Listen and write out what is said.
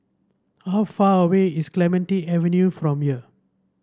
how far away is Clementi Avenue from here